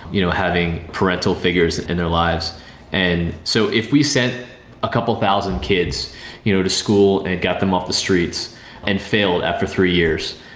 you know having parental figures in their lives and so if we sent a couple thousand kids you know to school and got them off the streets and failed after three years,